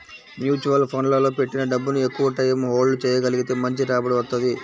mutual ఫండ్లలో పెట్టిన డబ్బుని ఎక్కువటైయ్యం హోల్డ్ చెయ్యగలిగితే మంచి రాబడి వత్తది